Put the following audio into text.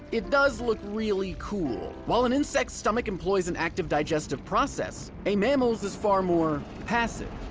it does look really cool. while an insect's stomach employs an active digestive process, a mammal's is far more passive.